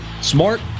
smart